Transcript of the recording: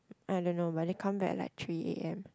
I don't know but they come back at like three A_M